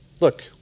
Look